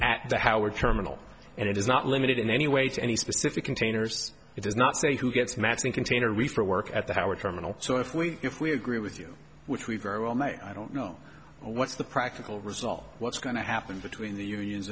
at the howard terminal and it is not limited in any way to any specific containers it does not say who gets maps and container we for work at the howard terminal so if we if we agree with you which we very well may i don't know what's the practical result what's going to happen between the unions